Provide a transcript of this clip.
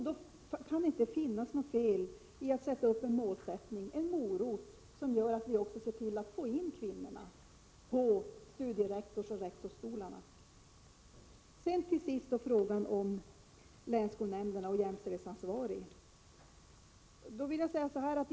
Då kan det inte vara något fel att sätta upp ett mål som gör att vi verkligen får in kvinnorna på studierektorsoch rektorsstolarna. Till sist frågan om länsskolnämnderna och vem som skulle vara jämställdhetsansvarig.